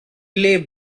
lay